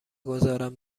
گذارم